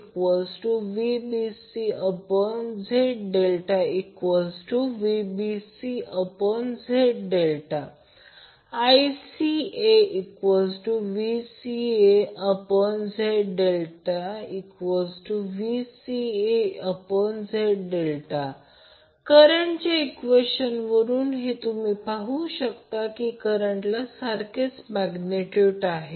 IABVABZ∆VabZ∆ IBCVBCZ∆VbcZ∆ ICAVCAZ∆VcaZ∆ करंटच्या इक्वेशन वरून हे पाहू शकता की करंटला सारखेच मॅग्नेट्यूड आहे